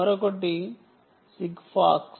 మరొకటి సిగ్ ఫాక్స్